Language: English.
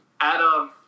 Adam